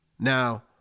Now